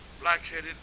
black-headed